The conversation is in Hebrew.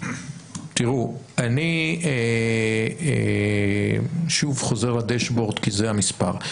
אני שוב חוזר לדשבורד כי זה המספר.